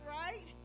right